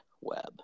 Web